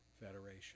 federation